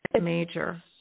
major